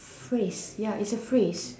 phrase ya is a phrase